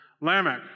Lamech